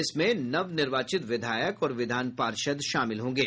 इसमें नवनिर्वाचित विधायक और विधान पार्षद शामिल होंगे